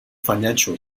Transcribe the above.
financial